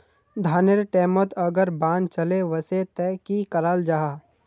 धानेर टैमोत अगर बान चले वसे ते की कराल जहा?